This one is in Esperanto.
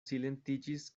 silentiĝis